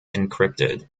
encrypted